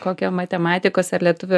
kokio matematikos ar lietuvių